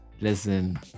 Listen